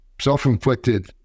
self-inflicted